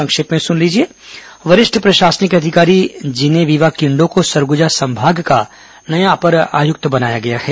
संक्षिप्त समाचार वरिष्ठ प्रशासनिक अधिकारी जिनेविवा किंडो को सरगुजा संभाग का नया अपर आयुक्त बनाया गया है